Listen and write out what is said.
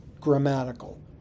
grammatical